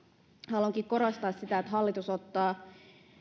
haluankin korostaa että hallitus ottaa